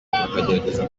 bakagerageza